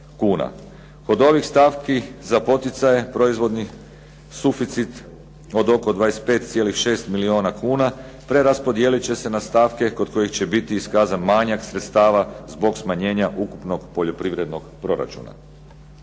Kod ovih stavki za poticaje proizvodnih suficit od oko 25,6 milijuna kuna, preraspodijelit će se na stavke kod kojih će biti iskazan manjak sredstava zbog smanjenja ukupnog poljoprivrednog proračuna.